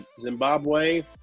Zimbabwe